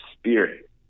spirit